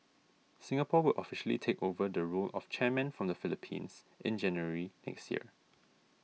Singapore will officially take over the role of chairman from the Philippines in January next year